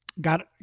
got